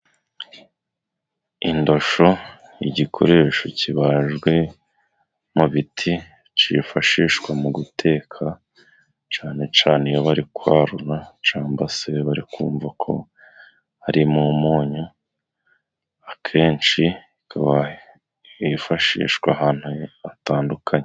indoshyo, igikoresho kibajwe mu biti, cyifashishwa mu guteka, cyane cyane iyo bari kwarura, cyangwa se bari kumva ko harimo umunyu, akenshi yifashishwa ahantu hatandukanye.